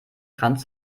kranz